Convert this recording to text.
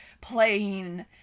playing